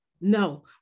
no